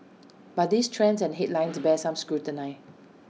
but these trends and headlines bear some scrutiny